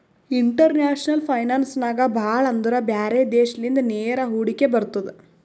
international finance ನಾಗ್ ಭಾಳ ಅಂದುರ್ ಬ್ಯಾರೆ ದೇಶಲಿಂದ ನೇರ ಹೂಡಿಕೆ ಬರ್ತುದ್